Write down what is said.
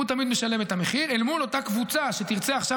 הוא תמיד משלם את המחיר אל מול אותה קבוצה שתרצה עכשיו